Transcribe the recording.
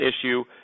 issue